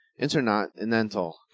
Intercontinental